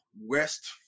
West